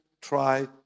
try